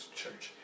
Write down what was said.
church